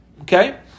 Okay